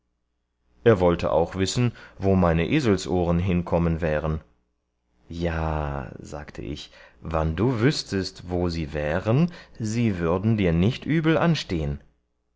er wollte auch wissen wo meine eselsohren hinkommen wären ja sagte ich wann du wüßtest wo sie wären so würden sie dir nicht übel anstehen